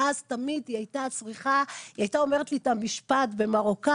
ואז תמיד היא הייתה אומרת לי את המשפט במרוקאית: